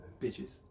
Bitches